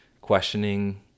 questioning